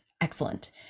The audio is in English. excellent